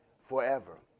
forever